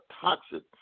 toxic